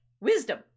Wisdom